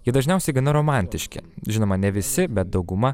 jie dažniausiai gana romantiški žinoma ne visi bet dauguma